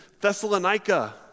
Thessalonica